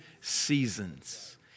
seasons